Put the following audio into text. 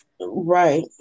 right